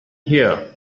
here